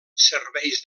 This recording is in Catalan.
serveis